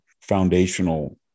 foundational